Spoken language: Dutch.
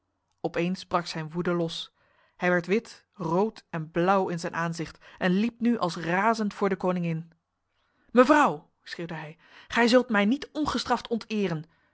opeens brak zijn woede los hij werd wit rood en blauw in zijn aanzicht en liep nu als razend voor de koningin mevrouw schreeuwde hij gij zult mij niet ongestraft onteren